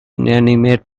inanimate